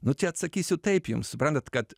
nu čia atsakysiu taip jums suprantat kad